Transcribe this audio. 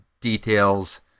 details